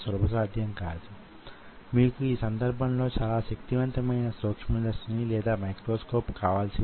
ఏ పాఠ్య గ్రంధం చూసినా అది ఎలా పనిచేస్తుందో మనకు తెలుస్తుంది